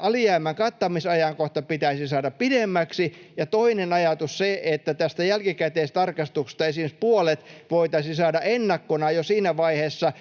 alijäämän kattamisajankohta pitäisi saada pidemmäksi. Ja toinen ajatus on se, että jälkikäteistarkistuksesta esimerkiksi puolet voitaisiin saada ennakkona jo siinä vaiheessa,